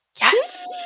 Yes